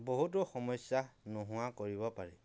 বহুতো সমস্য়া নোহোৱা কৰিব পাৰি